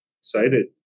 Excited